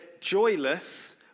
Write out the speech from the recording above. joyless